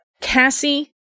Cassie